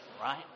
Right